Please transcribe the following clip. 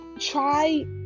Try